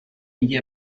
india